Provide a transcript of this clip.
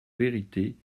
vérités